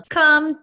come